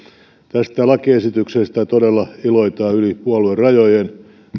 tästä lakiesityksestä todella iloitaan yli puoluerajojen